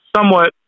somewhat